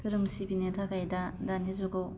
धोरोम सिबिनो थाखाय दा दानि जुगाव